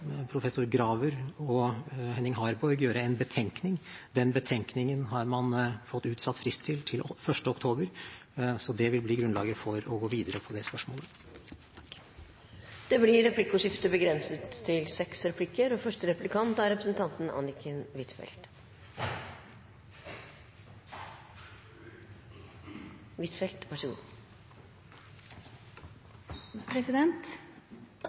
professor Graver og Henning Harborg gjøre en betenkning. Den betenkningen har fått utsatt fristen til 1. oktober, så det vil bli grunnlaget for å gå videre på det spørsmålet. Det blir replikkordskifte. Nordområdene er viktige for Norge. Kanskje enda mer viktig er